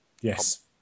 Yes